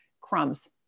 crumbs